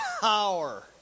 Power